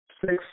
six